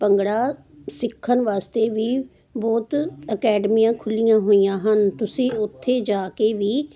ਭੰਗੜਾ ਸਿੱਖਣ ਵਾਸਤੇ ਵੀ ਬਹੁਤ ਅਕੈਡਮੀਆਂ ਖੁੱਲ੍ਹੀਆਂ ਹੋਈਆਂ ਹਨ ਤੁਸੀਂ ਉੱਥੇ ਜਾ ਕੇ ਵੀ